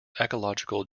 ecological